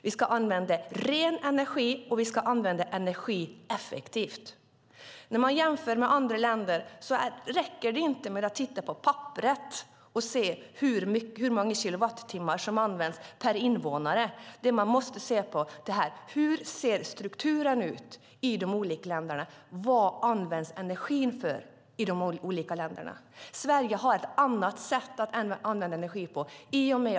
Vi ska använda ren energi, och vi ska använda energi effektivt. När man jämför med andra länder räcker det inte med att titta på papperet och se hur många kilowattimmar som används per invånare. Det man måste se på är: Hur ser strukturen ut i de olika länderna? Vad används energin för i de olika länderna? Sverige har annat sätt att använda energi på.